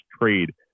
trade